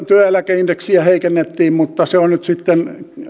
työeläkeindeksiä heikennettiin mutta se on nyt sitten